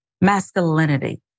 masculinity